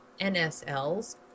NSLs